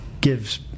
gives